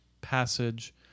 passage